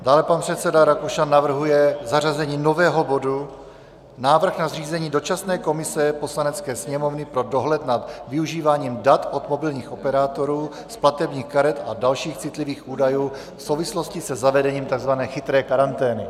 Dále pan předseda Rakušan navrhuje zařazení nového bodu Návrh na zřízení dočasné komise Poslanecké sněmovny pro dohled nad využíváním dat od mobilních operátorů, z platebních karet a dalších citlivých údajů v souvislosti se zavedením tzv. chytré karantény.